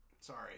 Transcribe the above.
Sorry